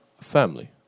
Family